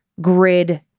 grid